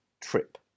trip